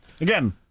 Again